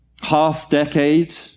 half-decade